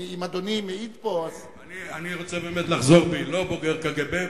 אם אדוני מעיד פה --- אני רוצה באמת לחזור בי: לא בוגר קג"ב,